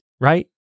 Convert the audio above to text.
right